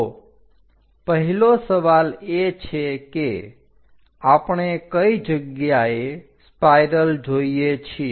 તો પહેલો સવાલ એ છે કે આપણે કઈ જગ્યાએ સ્પાઇરલ જોઈએ છીએ